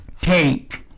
take